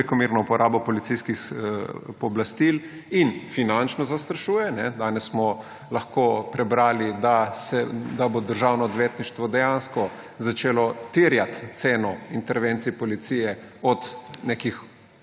prekomerno uporabo policijskih pooblastil in finančno zastrašuje – danes smo lahko prebrali, da bo Državno odvetništvo dejansko začelo terjati ceno intervencij policije od nekih